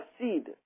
seed